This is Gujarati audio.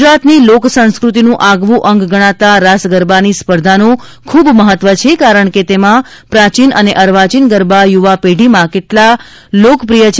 ગુજરાતની લોક સંસ્કૃતિનું આગવું અંગ ગણાતા રાસગરબાની સ્પર્ધાનું ખૂબ મહત્વ છે કારણ કે તેમાં પ્રાચીન અને અર્વાચીન ગરબા યૂવાપેઢીમાં કેટલા લોકપ્રિય છે